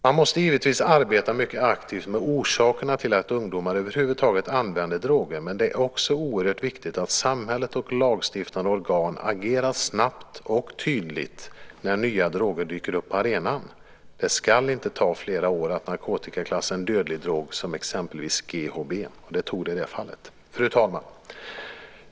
Man måste givetvis arbeta mycket aktivt med orsakerna till att ungdomarna över huvud taget använder droger, men det är också oerhört viktigt att samhället och lagstiftande organ agerar snabbt och tydligt när nya droger dyker upp på arenan. Det ska inte ta flera år att narkotikaklassa en dödlig drog som exempelvis GHB. Det gjorde det i det här fallet. Fru talman!